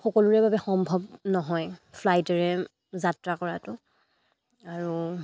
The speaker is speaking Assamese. সকলোৰে বাবে সম্ভৱ নহয় ফ্লাইটেৰে যাত্ৰা কৰাটো আৰু